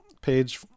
page